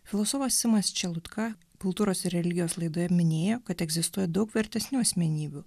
filosofas simas čelutka kultūros ir religijos laidoje minėjo kad egzistuoja daug vertesnių asmenybių